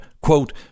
quote